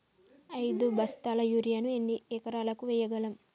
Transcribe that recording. ఐదు బస్తాల యూరియా ను ఎన్ని ఎకరాలకు వేయగలము?